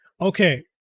Okay